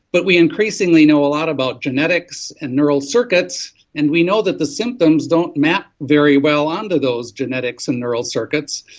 but we increasingly know a lot about genetics and neural circuits and we know that the symptoms don't map very well onto those genetics and neural circuits,